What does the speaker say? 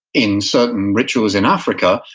in certain rituals in africa,